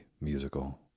musical